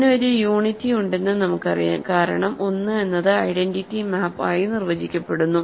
ഇതിന് ഒരു യൂണിറ്റി ഉണ്ടെന്നു നമുക്ക് അറിയാം കാരണം 1 എന്നത് ഐഡന്റിറ്റി മാപ്പ് ആയി നിർവചിക്കപ്പെടുന്നു